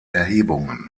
erhebungen